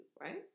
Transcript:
right